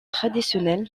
traditionnel